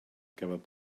gafodd